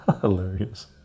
Hilarious